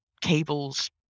cables